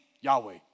Yahweh